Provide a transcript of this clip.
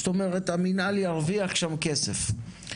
זאת אומרת המינהל ירוויח שם כסף.